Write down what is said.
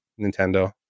Nintendo